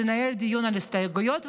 תנהל דיון על ההסתייגויות,